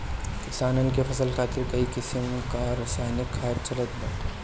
किसानन के फसल खातिर कई किसिम कअ रासायनिक खाद चलत बाटे